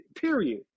Period